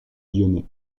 lyonnais